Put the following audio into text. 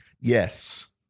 Yes